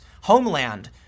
homeland